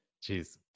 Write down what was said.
Cheers